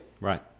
Right